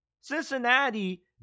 Cincinnati